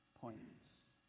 points